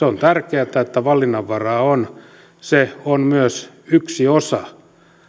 on tärkeätä että valinnanvaraa on se on myös yksi osa